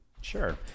Sure